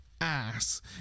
ass